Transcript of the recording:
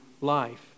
life